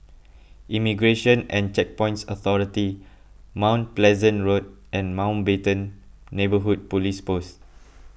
Immigration and Checkpoints Authority Mount Pleasant Road and Mountbatten Neighbourhood Police Post